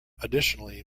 additionally